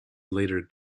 later